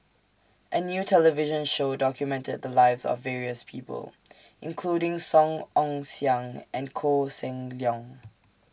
A New television Show documented The Lives of various People including Song Ong Siang and Koh Seng Leong